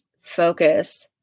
focus